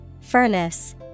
Furnace